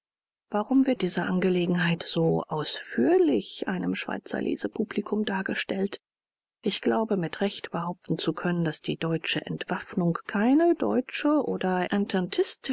warum wird diese angelegenheit so ausführlich einem schweizer leserpublikum dargestellt ich glaube mit recht behaupten zu können daß die deutsche entwaffnung keine deutsche oder